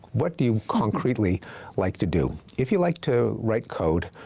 what do you concretely like to do? if you like to write code,